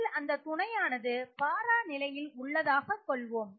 இதில் அந்தத் துணையானது பாரா நிலையில் உள்ளதாக கொள்வோம்